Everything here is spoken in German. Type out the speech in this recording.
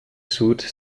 suite